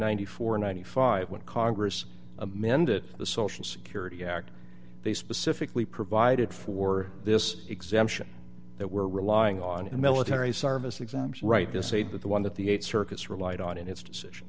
and ninety five when congress amended the social security act they specifically provided for this exemption that we're relying on in military service exams right to say that the one that the eight circuits relied on in its decision